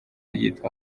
yitwa